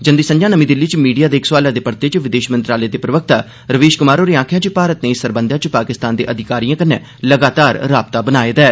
जंदी संझां नमीं दिल्ली च मीडिया दे इक सोआलै दे परते च विदेश मंत्रालय दे प्रवक्ता रवीश कुमार होरें आखेआ जे भारत नै इस सरबंधै च पाकिस्तान दे अधिकारिए कन्नै लगातार राबता बनाए दा ऐ